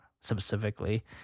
specifically